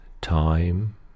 time